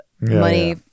money